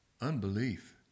unbelief